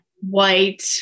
white